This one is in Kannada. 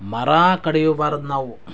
ಮರ ಕಡಿಯಬಾರದು ನಾವು